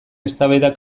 eztabaida